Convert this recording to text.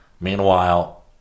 Meanwhile